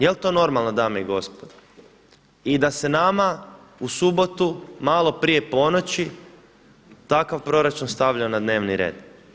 Jel to normalno dame i gospodo, da se nama u subotu malo prije ponoći takav proračun stavlja na dnevni red.